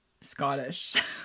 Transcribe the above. scottish